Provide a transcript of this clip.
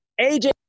AJ